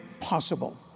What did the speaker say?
possible